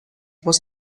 was